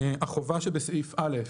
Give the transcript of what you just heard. החובה שבסעיף (א)